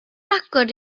agor